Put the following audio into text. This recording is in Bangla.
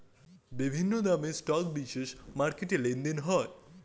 বিভিন্ন দামের স্টক বিশেষ মার্কেটে লেনদেন হয়